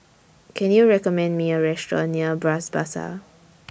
Can YOU recommend Me A Restaurant near Bras Basah